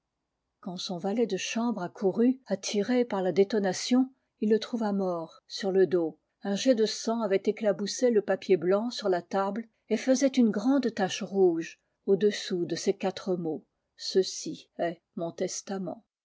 quand son valet de chambre accourut attiré par la détonation il le trouva mort sur le dos un jet de sang avait éclaboussé le papier blanc sur la table et faisait une grande tache rouge au-dessous de ces quatre mots ceci est mon testament